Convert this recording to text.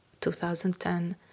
2010